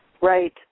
Right